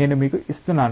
నేను మీకు ఇస్తున్నాను